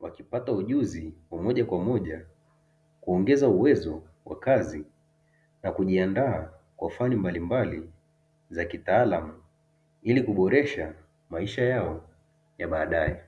wakipata ujuzi wa moja kwa moja kuongeza uwezo wa kazi na kujiandaa kwa fani mbalimbali za kitaalamu ili kuboresha maisha yao ya baadaye.